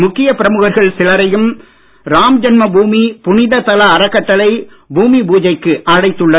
முக்கிய பிரழுகர்கள் சிலரையும் ராம்ஜென்ம பூமி புனித தல அறக்கட்டளை பூமி பூஜைக்கு அழைத்துள்ளது